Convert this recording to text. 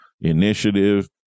initiative